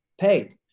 paid